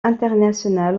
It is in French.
international